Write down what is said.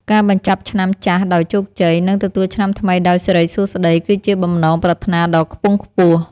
ការបញ្ចប់ឆ្នាំចាស់ដោយជោគជ័យ និងទទួលឆ្នាំថ្មីដោយសិរីសួស្តី គឺជាបំណងប្រាថ្នាដ៏ខ្ពង់ខ្ពស់។